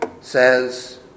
says